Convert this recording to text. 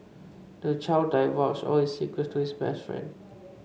the child divulged all his secrets to his best friend